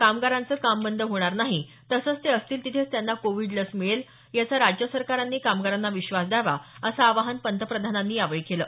कामगारांचं काम बंद होणार नाही तसंच ते असतील तिथेच त्यांना कोविड लस मिळेल याचा राज्य सरकारांनी कामगारांना विश्वास द्यावा असं आवाहन पंतप्रधानांनी यावेळी केलं